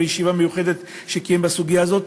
בישיבה מיוחדת שקיים בסוגיה הזאת.